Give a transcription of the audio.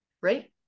Right